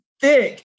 thick